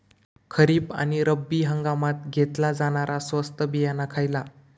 खरीप आणि रब्बी हंगामात घेतला जाणारा स्वस्त बियाणा खयला?